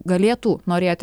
galėtų norėti